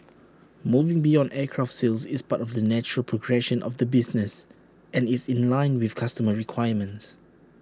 moving beyond aircraft sales is part of the natural progression of the business and is in line with customer requirements